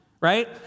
right